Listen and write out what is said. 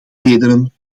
redenen